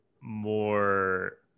more